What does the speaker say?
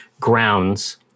grounds